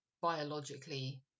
biologically